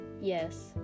Yes